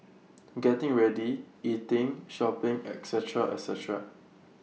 getting ready eating shopping etcetera etcetera